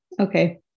okay